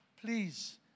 Please